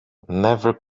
never